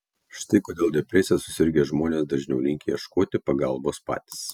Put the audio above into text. štai kodėl depresija susirgę žmonės dažniau linkę ieškoti pagalbos patys